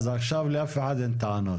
אז עכשיו לאף אחד אין טענות.